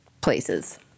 places